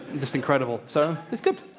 just incredible, so, it's good!